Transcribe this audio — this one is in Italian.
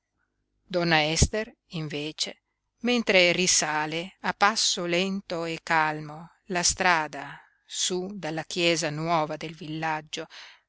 donna ester invece mentre risale a passo lento e calmo la strada su dalla chiesa nuova del villaggio